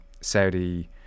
Saudi